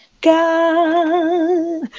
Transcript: God